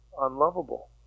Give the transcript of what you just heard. unlovable